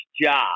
job